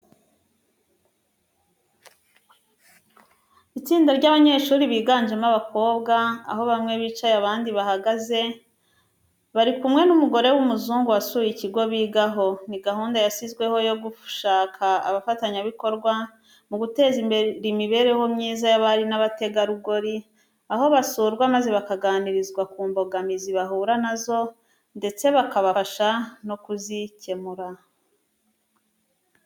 Itsinda ry'abanyeshuri biganjemo abakobwa, aho bamwe bicaye abandi bahagaze, bari kumwe n'umugore w'umuzungu wasuye ikigo bigaho. Ni gahunda yashyizweho yo gushaka abafatanya bikorwa mu guteza imbere imibereho myiza y'abari n'abategarugori, aho basurwa maze bakaganirizwa ku mbogamizi bahura na zo ndetse bakabafasha no kuzikemura.